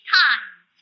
times